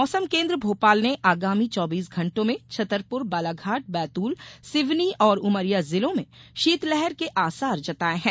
मौसम केन्द्र भोपाल ने आगामी चौबीस घण्टों में छतरपुर बालाघाट बैतूल सिवनी और उमरिया जिलों में शीतलहर के आसार जताये है